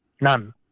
none